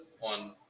on